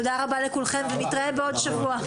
תודה רבה לכולם, נתראה בעוד שבוע.